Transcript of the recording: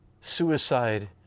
suicide